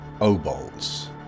obols